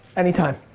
anytime.